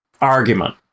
argument